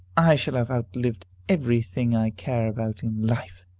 i shall have outlived every thing i care about in life!